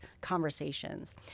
conversations